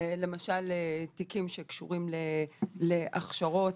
למשל תיקים שקשורים להכשרות,